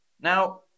Now